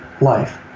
life